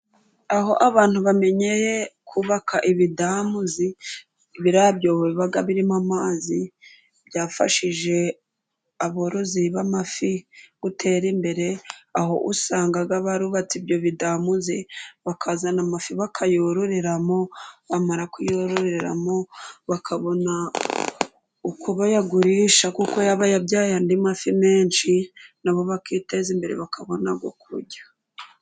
Aho abantu bamenyeye kubaka ibidamuzi, biriya byobo biba birimo amazi, byafashije aborozi b'amafi gutera imbere, aho usanga bubatse ibyo bidamuzi, bakazana amafi bakayororeramo. Bamara kuyororeramo bakabona ukubo bayagurisha, kuko aba yabyaye andi mafi menshi, nabo bakiteza imbere bakabona ayo kuruya.